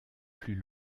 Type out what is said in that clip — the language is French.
plus